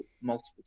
multiple